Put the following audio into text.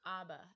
Abba